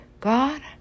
God